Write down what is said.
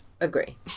Agree